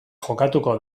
jokatuko